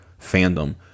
fandom